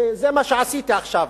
וזה מה שעשיתי עכשיו.